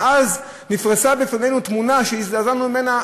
ואז נפרסה בפנינו תמונה שהזדעזענו ממנה,